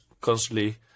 constantly